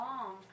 long